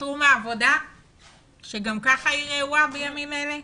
יתפטרו מהעבודה שגם כך היא רעועה בימים אלה?